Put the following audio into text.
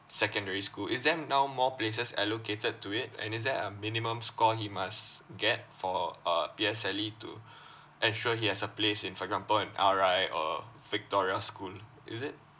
secondary school is there now more places allocated to it and is there a minimum score he must get for uh P_S_L_E to ensure he has a place in for example in R_I or victoria school is it